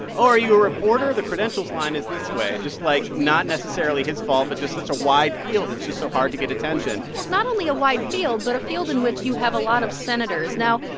oh, are you a reporter? the credentials line is this way just, like, not necessarily his fault, but just such a wide field, it's just so hard to get attention well, not only a wide field but a field in which you have a lot of senators. now,